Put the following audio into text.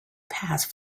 passed